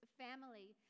family